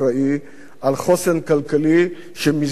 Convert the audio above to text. על חוסן כלכלי שמזמן אבד,